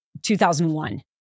2001